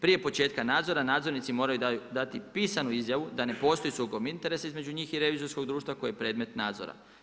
Prije početka nadzora, nadzornici moraju dati pisanu izjavu da ne postoji sukob interesa između njih i revizorskog društva koji je predmet nadzora.